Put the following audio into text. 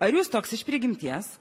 ar jūs toks iš prigimties